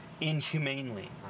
inhumanely